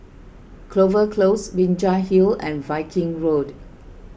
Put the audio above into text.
Clover Close Binjai Hill and Viking Road